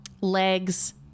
legs